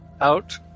out